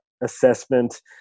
assessment